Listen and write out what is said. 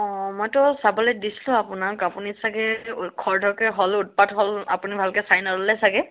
অ মইতো চাবলৈ দিছিলোঁ আপোনাক আপুনি চাগৈ খৰধৰকৈ হ'ল উৎপাত হ'ল আপুনি ভালকৈ চাই নল'লে চাগৈ